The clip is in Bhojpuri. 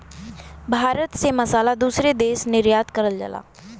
भारत से मसाला दूसरे देश निर्यात करल जाला